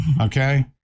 Okay